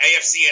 AFC